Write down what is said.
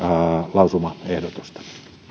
lausumaehdotusta